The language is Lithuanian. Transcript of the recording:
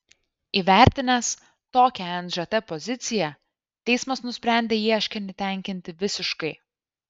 įvertinęs tokią nžt poziciją teismas nusprendė ieškinį tenkinti visiškai